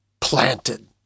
Planted